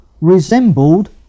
resembled